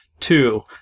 Two